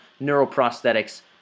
neuroprosthetics